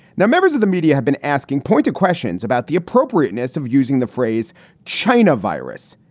now, members of the media have been asking pointed questions about the appropriateness of using the phrase china virus.